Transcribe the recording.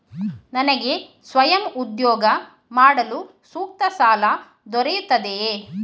ನನಗೆ ಸ್ವಯಂ ಉದ್ಯೋಗ ಮಾಡಲು ಸೂಕ್ತ ಸಾಲ ದೊರೆಯುತ್ತದೆಯೇ?